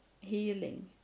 healing